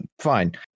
fine